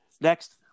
Next